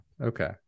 Okay